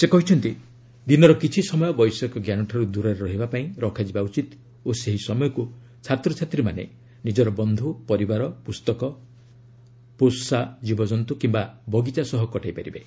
ସେ କହିଛନ୍ତି ଦିନର କିଛି ସମୟ ବୈଷୟିକଜ୍ଞାନଠାରୁ ଦୂରରେ ରହିବା ପାଇଁ ରଖାଯିବା ଉଚିତ୍ ଓ ସେହି ସମୟକୁ ଛାତ୍ରଛାତ୍ରୀମାନେ ନିଜର ବନ୍ଧୁ ପରିବାର ପୁସ୍ତକ ପୌଷ୍ୟ ଜୀବଜନ୍ତୁ କିମ୍ବା ବଗିଚା ସହ କଟାଇ ପାରିବେ